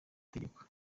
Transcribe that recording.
tegeko